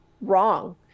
wrong